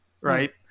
right